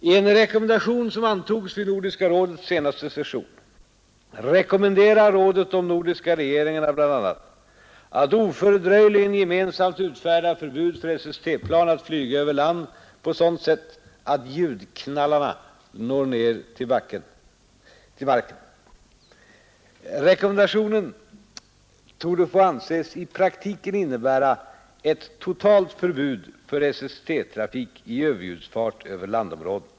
I en rekommendation, som antogs vid Nordiska rådets senaste session, rekommenderar rådet de nordiska regeringarna bl.a. att oförd gen gemensamt utfärda förbud för SST-plan att flyga över land på sådant sätt att ljudknallarna nar ner till marken. Rekommendationen torde få anses i praktiken innebära ett totalt förbud för SST-trafik i överljudsfart över landomraden.